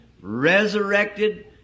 resurrected